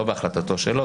לא בהחלטתו שלו,